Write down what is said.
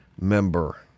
member